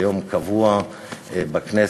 ליום קבוע בכנסת,